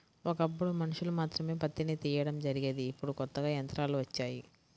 ఒకప్పుడు మనుషులు మాత్రమే పత్తిని తీయడం జరిగేది ఇప్పుడు కొత్తగా యంత్రాలు వచ్చాయి